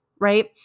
right